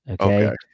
Okay